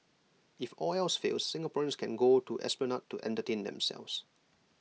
if all else fails Singaporeans can go to esplanade to entertain themselves